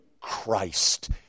Christ